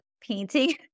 painting